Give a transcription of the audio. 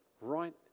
right